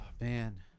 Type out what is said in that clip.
man